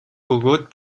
бөгөөд